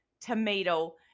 tomato